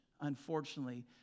unfortunately